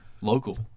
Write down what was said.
local